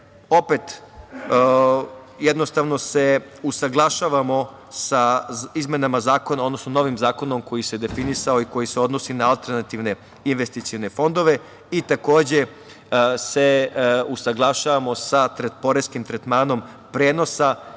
opet jednostavno se usaglašavamo sa izmenama zakona, odnosno novim zakonom koji se definisao i koji se odnosi na alternativne investicione fondove i takođe se usaglašavamo sa poreskim tretmanom prenosa